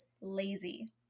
lazy